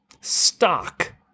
stock